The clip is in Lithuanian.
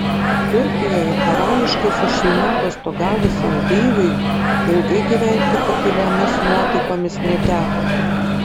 turkijoje karališkai su šeima atostogavusiam deiviui ilgai gyventi pakiliomis nuotaikomis neteko